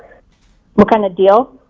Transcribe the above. what kind of deal?